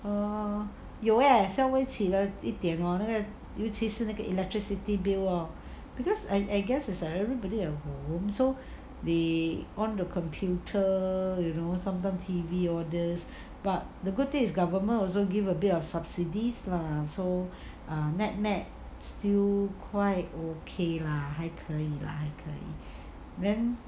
有 eh 稍微起了一点 lor 那个尤其是那个 electricity bill because I I guess is uh everybody at home so they on the computer you know sometimes T_V all these but the good thing is government also give a bit of subsidies lah so nett nett is still quite okay lah 还可以 lah then